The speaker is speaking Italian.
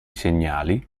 segnali